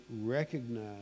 recognize